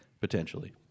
potentially